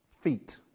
feet